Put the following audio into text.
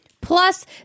plus